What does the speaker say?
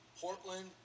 Portland